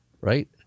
right